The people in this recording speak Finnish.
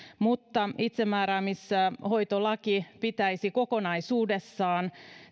mutta itsemääräämissääntelyä pitäisi kokonaisuudessaan